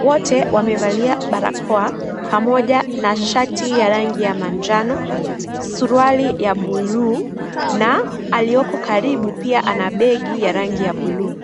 Wote wamevalia barakoa pamoja na shati ya rangi ya manjano, suruali ya bluu na aliyoko karibu pia ana begi ya rangi ya bluu.